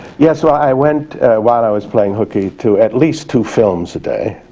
yes, well, i went while i was playing hooky to at least two films a day